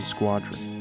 Squadron